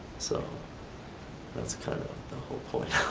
so that's kind of of the whole point